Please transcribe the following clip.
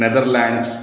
Netherlands